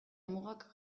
mugak